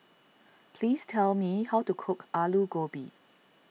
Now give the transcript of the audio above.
please tell me how to cook Aloo Gobi